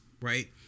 right